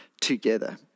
together